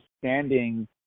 standing